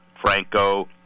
Franco